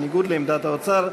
בניגוד לעמדת האוצר,